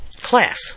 class